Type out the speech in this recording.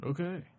Okay